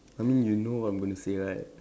I mean you know what I'm going to say right